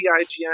IGN